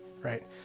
Right